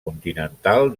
continental